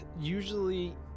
usually